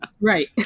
Right